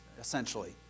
essentially